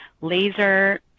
laser